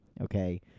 okay